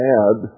add